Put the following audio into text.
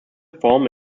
form